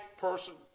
person